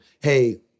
Hey